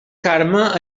carme